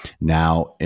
Now